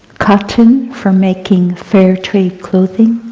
cotton for making fair trade clothing,